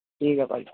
ਠੀਕ ਹੈ ਭਾਅ ਜੀ